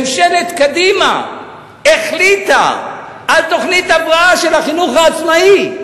ממשלת קדימה החליטה על תוכנית הבראה של החינוך העצמאי,